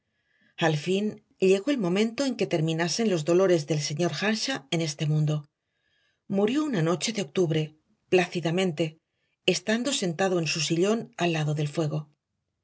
al fin llegó el momento en que terminasen los dolores del señor earnshaw en este mundo murió una noche de octubre plácidamente estando sentado en su sillón al lado del fuego